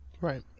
Right